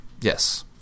Yes